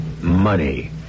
money